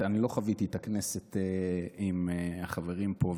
אני לא חוויתי את הכנסת עם החברים פה,